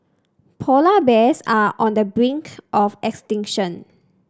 polar bears are on the brink of extinction